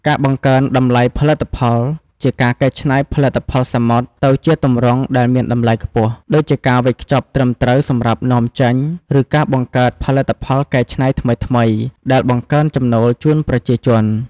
ការបង្កើនតម្លៃផលិតផល ជាការកែច្នៃផលិតផលសមុទ្រទៅជាទម្រង់ដែលមានតម្លៃខ្ពស់ ដូចជាការវេចខ្ចប់ត្រឹមត្រូវសម្រាប់នាំចេញ ឬការបង្កើតផលិតផលកែច្នៃថ្មីៗ អាចបង្កើនចំណូលជូនប្រជាជន។